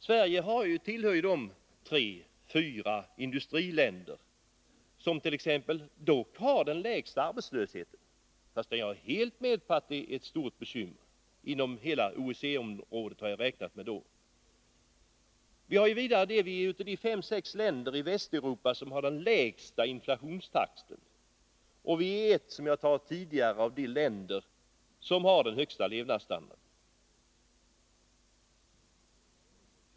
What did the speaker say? Sverige tillhör dock de tre fyra industriländer som har den lägsta arbetslösheten inom hela OECD-området — men jag är medveten om att arbetslösheten är ett stort bekymmer. Sverige är vidare ett av de fem sex länder i Västeuropa som har den lägsta inflationstakten, och Sverige är, som jag sade tidigare, ett av de länder som har den högsta levnadsstandarden.